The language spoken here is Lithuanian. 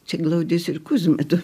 čia glaudėsi ir kuzma tuo